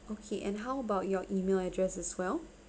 okay and how about your email address as well